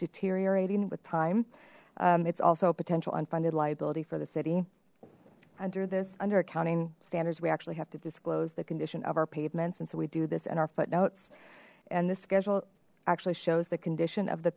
deteriorating with time it's also a potential unfunded liability for the city under this under accounting standards we actually have to disclose the condition of our pavements and so we do this in our footnote and the schedule actually shows the condition of the